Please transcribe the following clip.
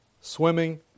swimming